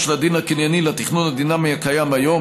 של הדין הקנייני לתכנון הדינמי הקיים היום,